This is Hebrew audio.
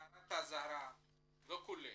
הערת אזהרה וכולי.